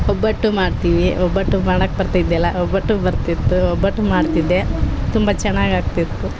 ಒಬ್ಬಟ್ಟು ಮಾಡ್ತೀವಿ ಒಬ್ಬಟ್ಟು ಮಾಡೋಕ್ ಬರ್ತಿದ್ದಿಲ್ಲಾ ಒಬ್ಬಟ್ಟು ಬರ್ತಿತ್ತು ಒಬ್ಬಟ್ಟು ಮಾಡ್ತಿದ್ದೆ ತುಂಬ ಚೆನ್ನಾಗ್ ಆಗ್ತಿತ್ತು